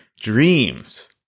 Dreams